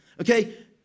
okay